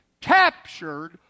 captured